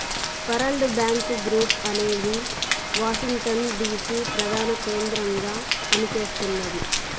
world Bank Group అనేది Washington DC ప్రధానకేంద్రంగా పనిచేస్తున్నది